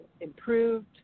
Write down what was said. improved